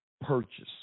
purchase